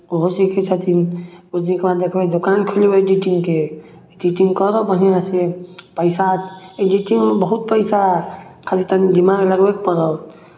ओहो सीखै छथिन किछु दिनके बाद देखबै दोकान खोलबै एडिटिंगके एडिटिंग करब बढ़िआँसँ पैसा एडिटिंगमे बहुत पैसा खाली तनी दिमाग लगबयके पड़त